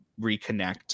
reconnect